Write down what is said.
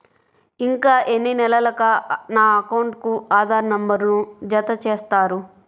ఇంకా ఎన్ని నెలలక నా అకౌంట్కు ఆధార్ నంబర్ను జత చేస్తారు?